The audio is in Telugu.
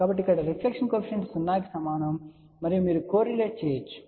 కాబట్టిఇక్కడ రిఫ్లెక్షన్ కోఎఫిషియంట్ 0 కి సమానం మరియు మీరు కోర్రిలేట్ చేయవచ్చు